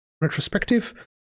retrospective